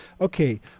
Okay